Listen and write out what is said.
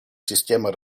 системы